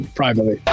privately